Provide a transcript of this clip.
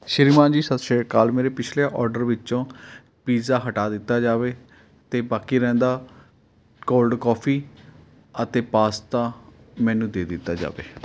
ਸ਼੍ਰੀ ਮਾਨ ਜੀ ਸਤਿ ਸ਼੍ਰੀ ਅਕਾਲ ਮੇਰੇ ਪਿਛਲੇ ਔਡਰ ਵਿੱਚੋਂ ਪੀਜ਼ਾ ਹਟਾ ਦਿੱਤਾ ਜਾਵੇ ਅਤੇ ਬਾਕੀ ਰਹਿੰਦਾ ਕੋਲਡ ਕੌਫੀ ਅਤੇ ਪਾਸਤਾ ਮੈਨੂੰ ਦੇ ਦਿੱਤਾ ਜਾਵੇ